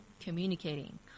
communicating